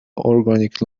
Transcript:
organic